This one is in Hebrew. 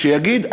שיגיד,